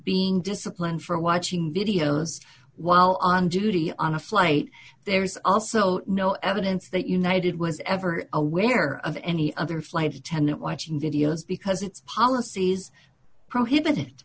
being disciplined for watching videos while on duty on a flight there is also no evidence that united was ever aware of any other flight attendant watching videos because its policies prohibited